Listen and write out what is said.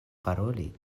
paroli